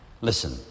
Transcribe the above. Listen